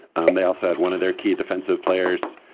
um they also had one of their key defensive players,